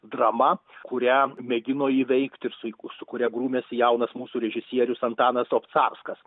drama kurią mėgino įveikti ir sui su kuria grūmėsi jaunas mūsų režisierius antanas obcarskas